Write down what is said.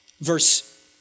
verse